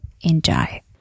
enjoy